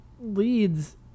leads